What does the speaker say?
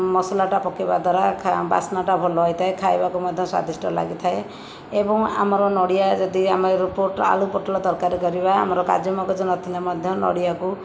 ମସଲାଟା ପକାଇବା ଦ୍ୱାରା ବାସ୍ନାଟା ଭଲ ହୋଇଥାଏ ଖାଇବାକୁ ମଧ୍ୟ ସ୍ଵାଦିଷ୍ଟ ଲାଗିଥାଏ ଏବଂ ଆମର ନଡ଼ିଆ ଯଦି ଆମେ ରୋପଟ ଆଳୁ ପୋଟଳ ତରକାରି କରିବା ଆମର କାଜୁ ମଗଜ ନଥିଲେ ମଧ୍ୟ ନଡ଼ିଆକୁ